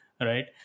right